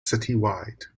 citywide